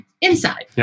inside